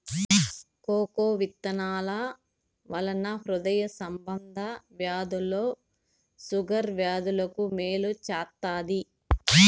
cocoa విత్తనాల వలన హృదయ సంబంధ వ్యాధులు షుగర్ వ్యాధులకు మేలు చేత్తాది